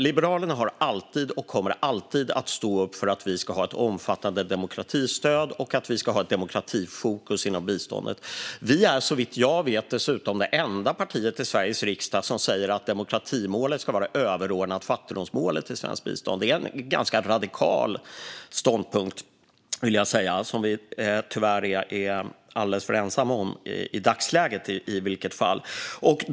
Liberalerna har alltid stått upp för och kommer alltid att stå upp för att vi ska ha ett omfattande demokratistöd och ett demokratifokus inom biståndet. Såvitt jag vet är vi dessutom det enda partiet i Sveriges riksdag som säger att demokratimålet ska vara överordnat fattigdomsmålet i svenskt bistånd. Det är en ganska radikal ståndpunkt som vi tyvärr är alldeles för ensamma om i dagsläget.